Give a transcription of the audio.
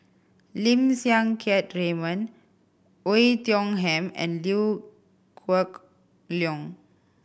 Lim Siang Keat Raymond Oei Tiong Ham and Liew Geok Leong